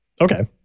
Okay